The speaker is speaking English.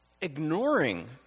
ignoring